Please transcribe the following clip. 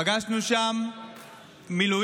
פגשנו שם מילואימניק